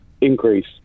Increase